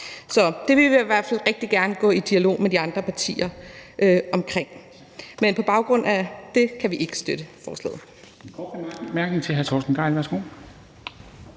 Så det vil vi i hvert fald rigtig gerne gå i dialog med de andre partier om. Men på baggrund af det, kan vi ikke støtte forslaget.